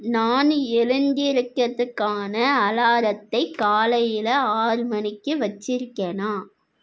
நான் எழுந்திரிக்கிறத்துக்கான அலாரத்தை காலையில் ஆறு மணிக்கு வச்சிருக்கேனா